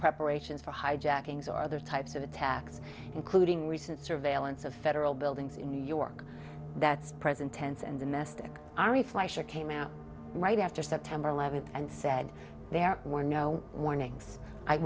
preparations for hijackings are other types of attacks including recent surveillance of federal buildings in new york that's present tense and domestic ari fleischer came out right after september eleventh and said there were no warnings i